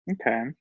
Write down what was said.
Okay